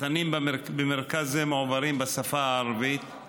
התכנים במרכז זה מועברים בשפה הערבית;